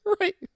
right